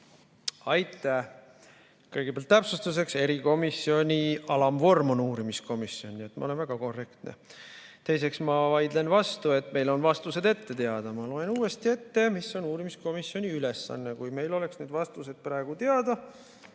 Kõigepealt täpsustuseks, erikomisjoni alamvorm on uurimiskomisjon, nii et ma olen väga korrektne. Teiseks, ma vaidlen vastu, et meil on vastused ette teada. Ma loen uuesti ette, mis on uurimiskomisjoni ülesanne. Kui meil oleks need vastused praegu teada,